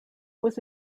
was